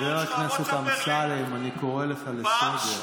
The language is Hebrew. חבר הכנסת אמסלם, אני קורא אותך לסדר.